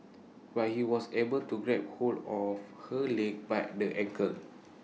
but he was able to grab hold of her leg by the ankle